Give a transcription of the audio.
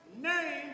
name